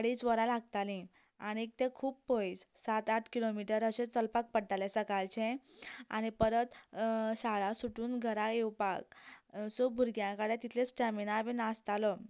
अडेच वरां लागताली आनीक ते खूब पयस सात आठ किलोमिटर अशें चलपाक पडटालें सकाळचें आनी परत शाळा सुटून घरां येवपाक सो भुरग्यां कडेन तितलो स्टेमीना बी नासतालो